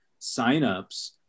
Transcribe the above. signups